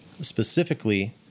specifically